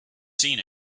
seen